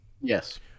Yes